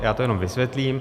Já to jenom vysvětlím.